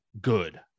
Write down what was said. good